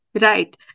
Right